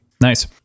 nice